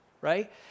right